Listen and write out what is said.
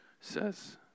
says